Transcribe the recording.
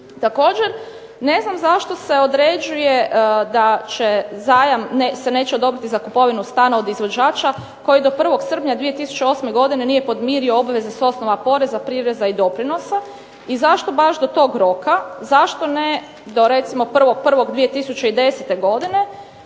Također, ne znam zašto se određuje da će zajam se neće odobriti za kupovinu stana od izvođača koji do 01. srpnja 2008. godine nije podmirio obveze s osnova poreza, prireza i doprinosa. I zašto baš do tog roka? Zašto ne do recimo 01.01.2010. godine?